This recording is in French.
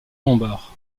lombard